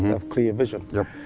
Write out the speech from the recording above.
of clear vision. yep.